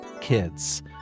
kids